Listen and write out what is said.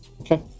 Okay